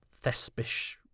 thespish